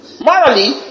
morally